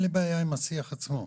אין לי בעיה עם השיח עצמו,